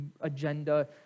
agenda